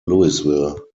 louisville